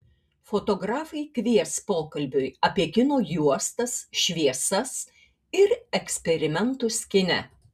fotografai kvies pokalbiui apie kino juostas šviesas ir eksperimentus kine